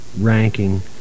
ranking